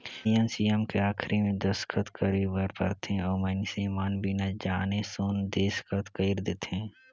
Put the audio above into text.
नियम सियम के आखरी मे दस्खत करे बर परथे अउ मइनसे मन बिना जाने सुन देसखत कइर देंथे